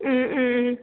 ம் ம் ம்